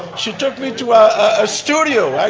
she took me to ah a studio.